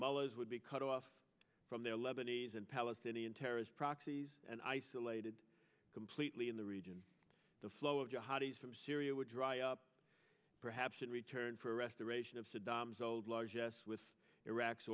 mullahs would be cut off from their lebanese and palestinian terrorist proxies and isolated completely in the region the flow of the hotties from syria would dry up perhaps in return for restoration of saddam's old large s with iraq's